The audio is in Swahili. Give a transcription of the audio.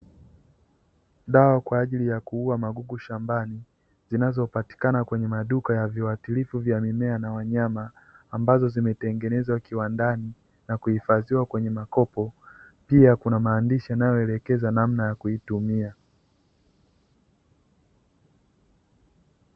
Dawa kwa ajili ya kuua magugu shambani, zinazopatikana kwenye maduka ya viwatilifu vya mimea na wanyama, ambazo zimetengenezwa kiwandani na kuhifadhiwa kwenye makopo, pia kuna maandishi yanayoelekeza namna ya kuitumia.